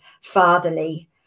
fatherly